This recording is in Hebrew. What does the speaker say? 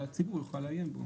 והציבור יוכל לעיין בו.